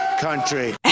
country